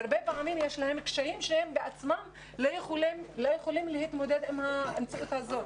הרבה פעמים יש להם קשיים שהם בעצמם לא יכולים להתמודד עם המציאות הזו.